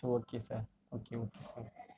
okay sir okay okay sir